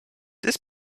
this